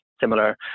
similar